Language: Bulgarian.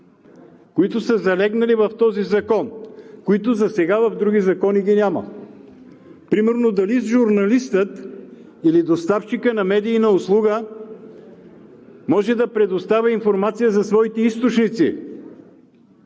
които са залегнали в този закон и засега в други закони ги няма. Примерно дали журналистът или доставчикът на медийна услуга може да предоставя информация за своите източници